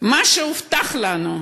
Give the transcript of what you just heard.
מה שהובטח לנו,